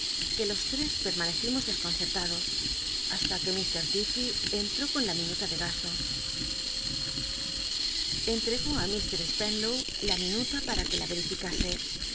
que los tres pennancci mos desconcertados hasta que mr l'iff'cy entró con lá minuta de gastos entregó á mr spenlow la minuta para que la